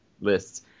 lists